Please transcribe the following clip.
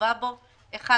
המובא בו - 1.